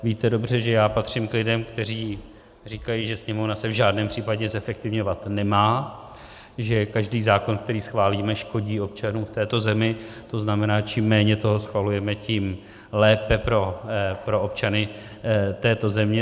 Víte dobře, že já patřím k lidem, kteří říkají, že Sněmovna se v žádném případě zefektivňovat nemá, že každý zákon, který schválíme, škodí občanům v této zemi, to znamená, čím méně toho schvalujeme, tím lépe pro občany této země.